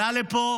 עלה לפה